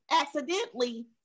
accidentally